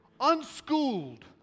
unschooled